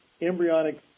embryonic